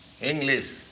English